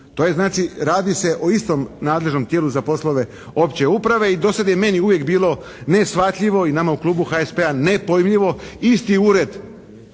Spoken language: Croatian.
je znači radi se o istom nadležnom tijelu za poslove opće uprave i do sad je meni uvijek bilo neshvatljivo i nama u klubu HSP-a nepojmljivo. Isti ured